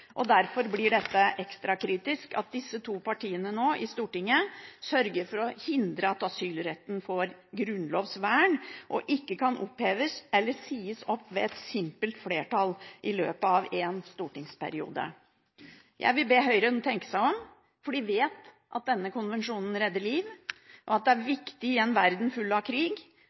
Flyktningkonvensjonen. Derfor blir det ekstra kritisk at disse to partiene i Stortinget nå sørger for å hindre at asylretten får grunnlovsvern og ikke kan oppheves eller sies opp ved et simpelt flertall i løpet av én stortingsperiode. Jeg vil be Høyre tenke seg om, for de vet at denne konvensjonen redder liv, og at det er viktig i en verden full av krig